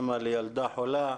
אמא לילדה חולה,